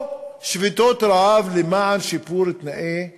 או שביתות רעב למען שיפור תנאי הכלא,